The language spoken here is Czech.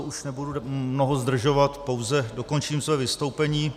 Už nebudu mnoho zdržovat, pouze dokončím své vystoupení.